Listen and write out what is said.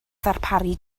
ddarparu